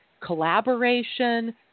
collaboration